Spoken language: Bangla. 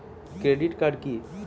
ক্রেডিট কার্ড কি?